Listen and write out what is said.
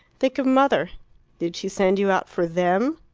think of mother did she send you out for them?